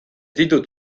ditut